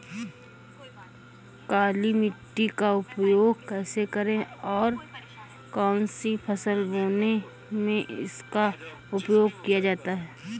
काली मिट्टी का उपयोग कैसे करें और कौन सी फसल बोने में इसका उपयोग किया जाता है?